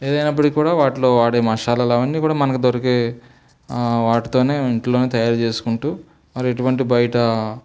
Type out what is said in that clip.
ఏదయినప్పటికీ కూడా వాటిలో వాడే మసాలాలు అయన్ని కూడా మనకు దొరికే వాటితోనే ఇంట్లోనే తయారు చేసుకుంటూ మరి ఎటువంటి బయట